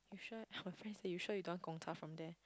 you sure her friends that you sure you don't want Gongcha from there